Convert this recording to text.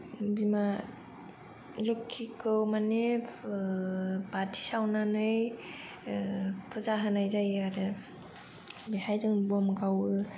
बिमा लक्षीखौ माने ओ बाथि सावनानै ओ फुजा होनाय जायो आरो बेहाय जों बम गावो